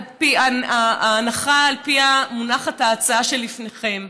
ההנחה שעל פיה מונחת ההצעה שלפניכם.